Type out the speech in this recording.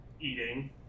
eating